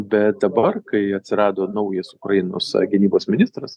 bet dabar kai atsirado naujas ukrainos gynybos ministras